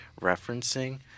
referencing